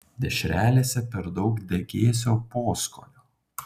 dešrelėse per daug degėsio poskonio